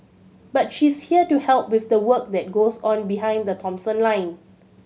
but she's here to help with the work that goes on behind the Thomson line